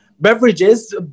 beverages